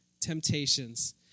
temptations